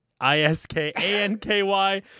I-S-K-A-N-K-Y